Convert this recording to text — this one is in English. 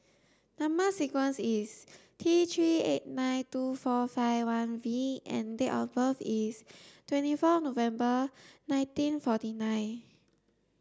number sequence is T three eight nine two four five one V and date of birth is twenty four November nineteen forty nine